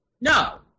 No